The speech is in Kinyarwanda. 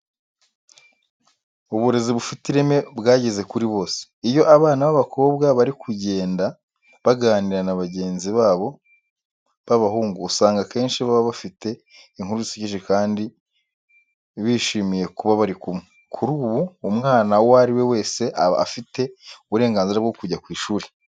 Uburezi bufite ireme bwageze kuri bose. Iyo abana b'abakobwa bari kugenda baganira na bagenzi babo b'abahungu usanga akenshi baba bafite inkuru zisekeje kandi bishimiye kuba bari kumwe. Kuri ubu, umwana uwo ari we wese aba afite uburenganzira bwo kujya ku ishuri.